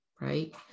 right